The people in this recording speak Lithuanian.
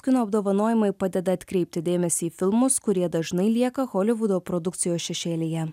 kino apdovanojimai padeda atkreipti dėmesį į filmus kurie dažnai lieka holivudo produkcijos šešėlyje